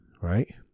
right